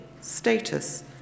status